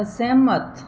ਅਸਹਿਮਤ